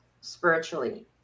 spiritually